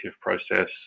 process